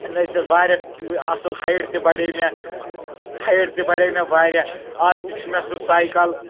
نٔژِتھ واریاہ اصل ہایٹ تہِ بڑے مےٚ ہایٹ تہِ بڑے مےٚ واریاہ آز تہِ چھُ مےٚ سُہ سایکل